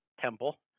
temple